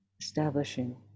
establishing